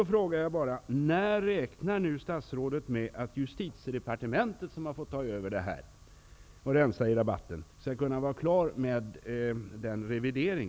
När räknar statsrådet med att Justitiedepartementet, som ju har fått ta över frågan och som så att säga skall rensa i rabatten, är klar med sin revidering?